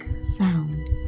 sound